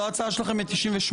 זאת ההצעה שלכם ל-98?